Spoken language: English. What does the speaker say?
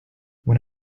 when